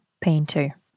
painter